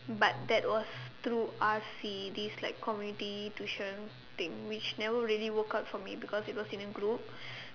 but that was through R_C these like community tuition thing which never really work out for me because it was in a group